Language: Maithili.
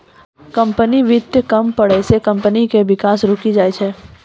कंपनी वित्त कम पड़ै से कम्पनी के विकास रुकी जाय छै